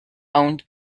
owned